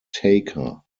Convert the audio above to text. taker